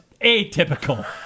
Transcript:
atypical